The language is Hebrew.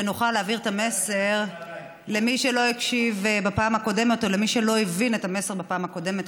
משחק משחקים 90 דקות.